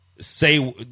say